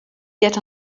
get